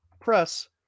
Press